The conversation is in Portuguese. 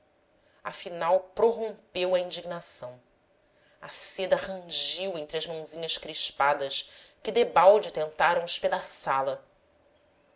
afinal prorrompeu a indignação a seda rangiu entre as mãozinhas crispadas que debalde tentaram espedaçá la